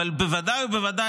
אבל בוודאי ובוודאי,